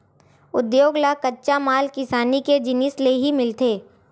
उद्योग ल कच्चा माल किसानी के जिनिस ले ही मिलथे